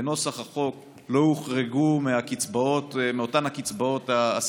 בנוסח החוק האסירים הביטחוניים לא הוחרגו מאותן הקצבאות.